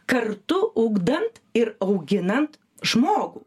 kartu ugdant ir auginant žmogų